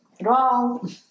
Wrong